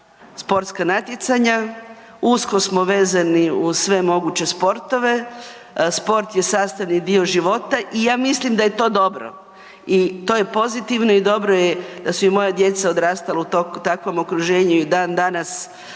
sportska natjecanja, usko smo vezani uz sve moguće sportove, sport je sastavni dio života i ja mislim da je to dobro i to je pozitivno i dobro je da su i moja djeca odrastala u takvom okruženju i dan danas